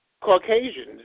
Caucasians